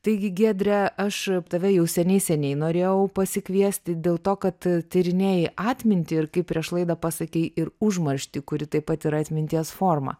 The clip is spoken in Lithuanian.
taigi giedre aš tave jau seniai seniai norėjau pasikviesti dėl to kad tyrinėji atmintį ir kaip prieš laidą pasakei ir užmarštį kuri taip pat yra atminties forma